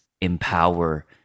empower